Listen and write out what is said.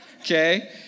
Okay